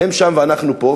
הם שם ואנחנו פה,